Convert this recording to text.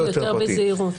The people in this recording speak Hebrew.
יותר בזהירות.